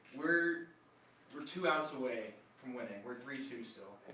we're we're two outs away from winning. we're three, two, so.